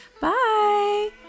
Bye